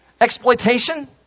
exploitation